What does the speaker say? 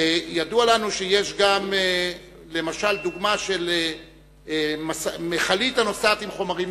ידוע לנו שיש למשל דוגמה של מכלית הנוסעת עם חומרים